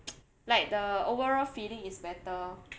like the overall feeling is better